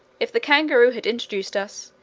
if the kangaroo had introduced us,